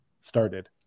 started